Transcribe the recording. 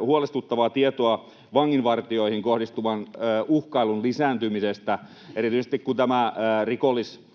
huolestuttavaa tietoa myöskin vanginvartijoihin kohdistuvan uhkailun lisääntymisestä. Erityisesti kun rikollisaines